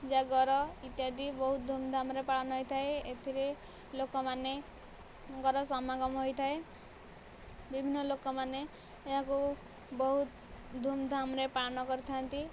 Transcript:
ଜାଗର ଇତ୍ୟାଦି ବହୁତ ଧୁମଧାମରେ ପାଳନ ହୋଇଥାଏ ଏଥିରେ ଲୋକମାନେଙ୍କର ସମାଗମ ହୋଇଥାଏ ବିଭିନ୍ନ ଲୋକମାନେ ଏହାକୁ ବହୁତ ଧୁମଧାମରେ ପାଳନ କରିଥାନ୍ତି